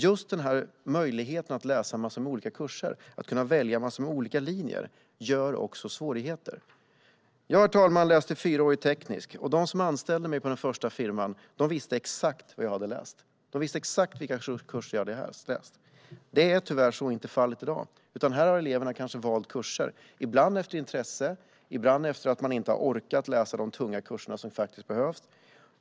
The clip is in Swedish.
Just denna möjlighet att läsa många olika kurser och välja många olika linjer innebär också svårigheter. Herr talman! Jag läste fyraårig teknisk linje. De som anställde mig på den första firman visste exakt vilka kurser jag hade läst. Så är tyvärr inte fallet i dag. Nu har eleverna ibland kanske valt kurser efter intresse och ibland kanske för att de inte har orkat läsa de tunga kurser som faktiskt behövs.